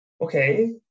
Okay